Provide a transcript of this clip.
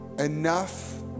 enough